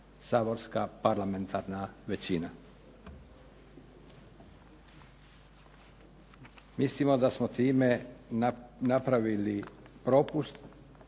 saborska parlamentarna većina. Mislimo da smo time napravili propust